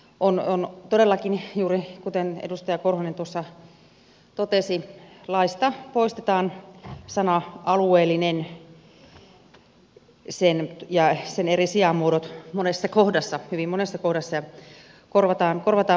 on todellakin juuri kuten edustaja korhonen tuossa totesi että laista poistetaan sana alueellinen ja sen eri sijamuodot hyvin monessa kohdassa ja korvataan muilla